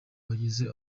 bageze